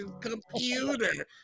computer